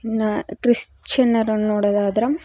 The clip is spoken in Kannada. ಇನ್ನು ಕ್ರಿಶ್ಚಿಯನ್ನರನ್ನು ನೋಡೊದಾದ್ರೆ